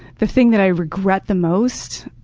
the thing that i regret the most.